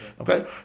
Okay